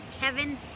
Kevin